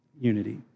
Unity